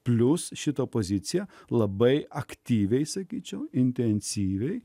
plius šita pozicija labai aktyviai sakyčiau intensyviai